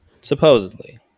Supposedly